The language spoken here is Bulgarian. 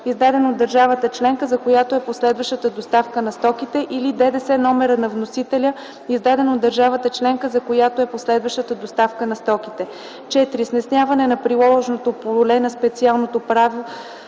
издаден от държавата членка, за която е последващата доставка на стоките или ДДС номера на вносителя, издаден от държавата членка, за която е последващата доставка на стоките. 4. Стесняване на приложното поле на специалното правило